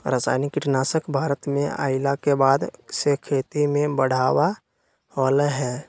रासायनिक कीटनासक भारत में अइला के बाद से खेती में बढ़ावा होलय हें